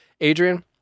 Adrian